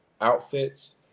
outfits